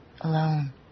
alone